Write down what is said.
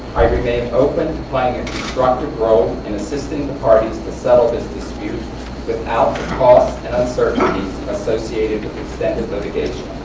i remain open to playing a constructive role in assisting the parties to settle this dispute without the costs and uncertainties associated with extended litigation.